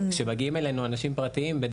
כשמגיעים אלינו אנשים פרטיים אנחנו